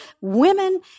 women